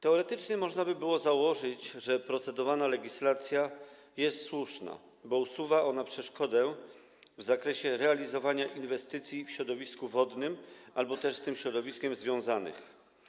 Teoretycznie można by było założyć, że procedowana legislacja jest słuszna, bo usuwa przeszkodę w zakresie realizowania inwestycji w środowisku wodnym albo z tym środowiskiem związanych.